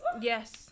Yes